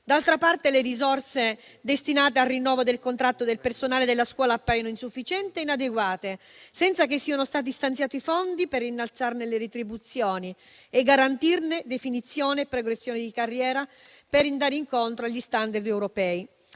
D'altra parte, le risorse destinate al rinnovo del contratto del personale della scuola appaiono insufficienti e inadeguate, senza che siano stati stanziati i fondi per innalzarne le retribuzioni e garantirne definizione e progressioni di carriera per andare incontro agli *standard* europei.